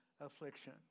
affliction